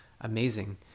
amazing